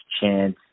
chance